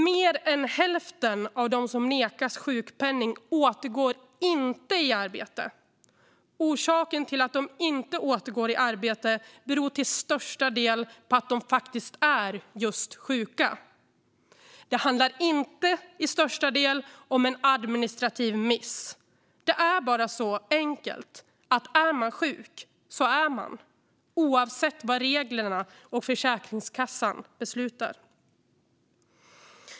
Mer än hälften av dem som nekas sjukpenning återgår inte i arbete. Att de inte gör det beror till största delen på att de är just sjuka. Det handlar inte till största delen om en administrativ miss. Det är helt enkelt så att är man sjuk så är man det, oavsett vad reglerna och Försäkringskassan beslutar.